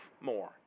more